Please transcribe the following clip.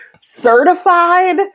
certified